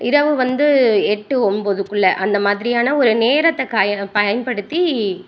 இரவு வந்து எட்டு ஒம்பதுக்குள்ள அந்த மாதிரியான ஒரு நேரத்தை காயி பயன்படுத்தி